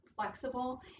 flexible